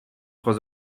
trois